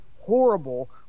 horrible